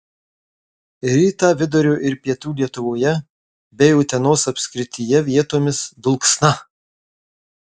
rytą vidurio ir pietų lietuvoje bei utenos apskrityje vietomis dulksna